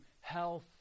health